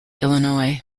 illinois